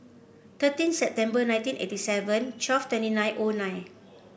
thirteen September nineteen eighty seven twelve twenty nine O nine